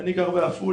אני גר בעפולה,